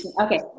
Okay